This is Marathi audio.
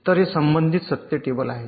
तर हे संबंधित सत्य टेबल आहे